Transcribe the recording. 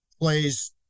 plays